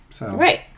Right